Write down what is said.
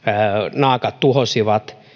naakat tuhosivat